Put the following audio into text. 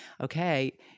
okay